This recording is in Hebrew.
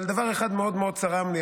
אבל דבר אחד מאוד מאוד צרם לי.